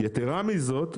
יתרה מזאת,